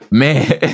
man